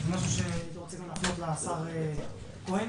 זה דבר שרצינו להפנות לשר כהן